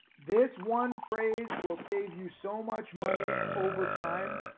this one phrase will save you so much money over time.